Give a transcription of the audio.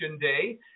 day